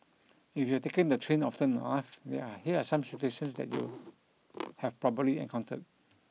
if you've taken the train often enough there here are some situations that you'd have probably encountered